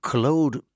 Claude